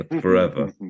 Forever